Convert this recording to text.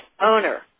owner